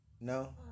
No